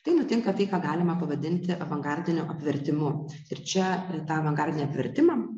tai nutinka tai ką galima pavadinti avangardiniu apvertimu ir čia tą avangardinį apvertimą